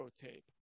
tape